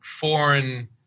foreign